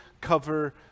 cover